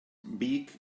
beak